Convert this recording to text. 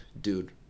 dude